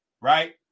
right